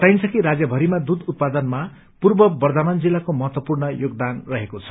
बताइन्छ कि राज्यभरिमा दूध उत्पादनमा पूर्व बर्दमान जिल्लाको महत्वपूर्ण योगदान रहेको छ